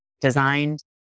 designed